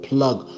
Plug